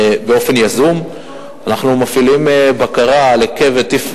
אנחנו מפעילים באופן יזום בקרה על ההיקף,